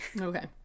okay